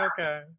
Okay